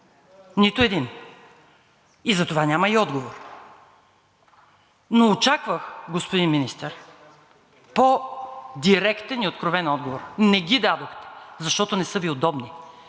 Нито един! Затова няма и отговор. Но очаквах, господин Министър, по-директни и откровени отговори – не ги дадохте, защото не са Ви удобни.